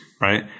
right